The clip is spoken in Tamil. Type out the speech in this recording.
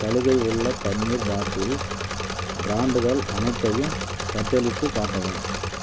சலுகை உள்ள தண்ணீர் பாட்டில் பிராண்டுகள் அனைத்தையும் பட்டியலிட்டுக் காட்டவும்